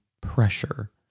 pressure